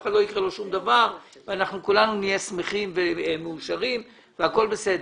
לאף אחד לא יקרה כלום ואנחנו כולנו נהיה שמחים ומאושרים והכול בסדר.